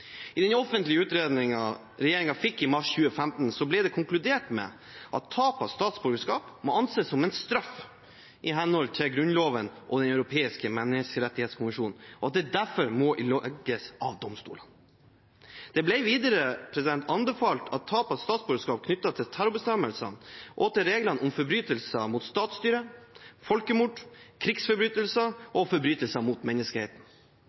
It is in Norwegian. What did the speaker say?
I den offentlige utredningen regjeringen fikk i mars 2015, ble det konkludert med at tap av statsborgerskap må anses som straff i henhold til Grunnloven og Den europeiske menneskerettskonvensjon, og at det derfor må ilegges av domstolene. Det ble videre anbefalt at tap av statsborgerskap knyttes til terrorbestemmelsene og til reglene om forbrytelser mot statsstyret, folkemord, krigsforbrytelser og forbrytelser mot